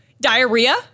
diarrhea